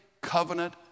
covenant